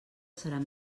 seran